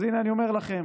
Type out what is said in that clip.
אז הינה, אני אומר לכם,